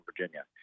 Virginia